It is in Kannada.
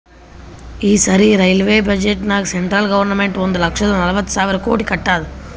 ಈ ಸರಿ ರೈಲ್ವೆ ಬಜೆಟ್ನಾಗ್ ಸೆಂಟ್ರಲ್ ಗೌರ್ಮೆಂಟ್ ಒಂದ್ ಲಕ್ಷದ ನಲ್ವತ್ ಸಾವಿರ ಕೋಟಿ ಕೊಟ್ಟಾದ್